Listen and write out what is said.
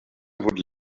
would